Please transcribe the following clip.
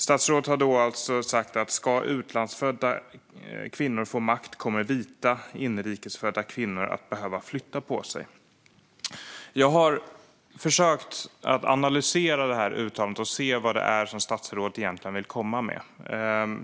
Statsrådet har alltså sagt: Ska utlandsfödda kvinnor få makt kommer vita inrikes födda kvinnor att behöva flytta på sig. Jag har försökt analysera uttalandet och se vad det egentligen är statsrådet vill komma med.